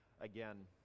again